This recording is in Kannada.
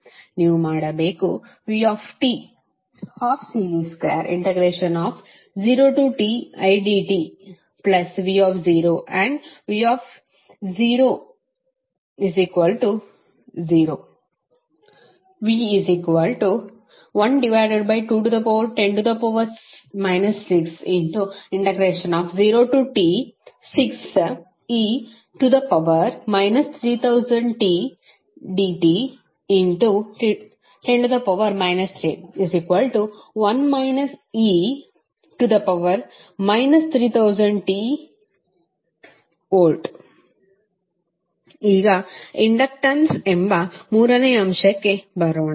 ನೀವು ಮಾಡಬೇಕು vt1C0tidtv and v00 v1210 60t6e 3000tdt10 31 e 3000t V ಈಗ ಇಂಡಕ್ಟನ್ಸ್ ಎಂಬ ಮೂರನೇ ಅಂಶಕ್ಕೆ ಬರೋಣ